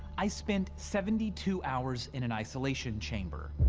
i spent seventy two hours in an isolation chamber.